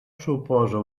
suposa